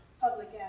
public